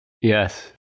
Yes